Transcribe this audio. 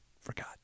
forgot